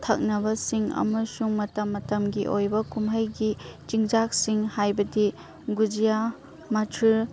ꯊꯛꯅꯕꯁꯤꯡ ꯑꯃꯁꯨꯡ ꯃꯇꯝ ꯃꯇꯝꯒꯤ ꯑꯣꯏꯕ ꯍꯔꯥꯎ ꯀꯨꯝꯍꯩꯒꯤ ꯆꯤꯟꯖꯥꯛꯁꯤꯡ ꯍꯥꯏꯕꯗꯤ ꯒꯨꯖꯤꯌꯥ ꯃꯆꯔ